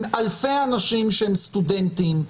אלפי אנשים שהם סטודנטים,